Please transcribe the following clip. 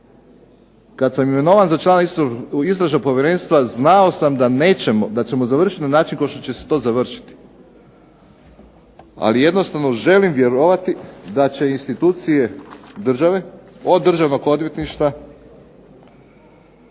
Kad sam imenovan za člana Istražnog povjerenstva znao sam da nećemo, da ćemo završiti na način kao što će se to završiti, ali jednostavno želim vjerovati da će institucije države, od Državnog odvjetništva